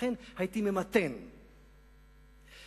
לכן הייתי ממתן את